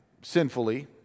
sinfully